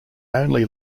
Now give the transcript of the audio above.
only